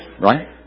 right